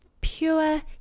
pure